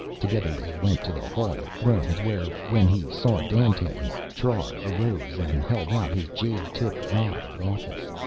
together they went to the hall of thrones where, when he saw dandtan, trar arose and held out his jade-tipped rod of office.